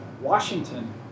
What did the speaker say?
Washington